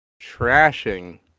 trashing